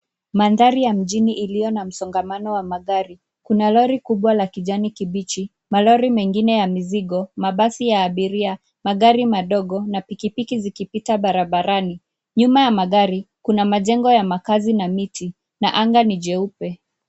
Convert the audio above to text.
Mandhari ya mjini iliyo na msongamano wa magari. Kuna lori kubwa la kijani kibichi, malori mengine ya mizigo, mabasi ya abiria, magari madogo na pikipiki zikipita barabarani. Nyuma ya magari kuna majengo ya makazi na miti na anga ni jeupe.